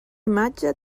imatge